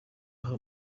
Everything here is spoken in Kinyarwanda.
aho